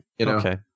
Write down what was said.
okay